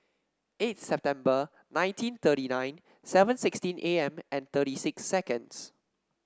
eight September nineteen thirty nine seven sixteen A M and thirty six seconds